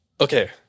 Okay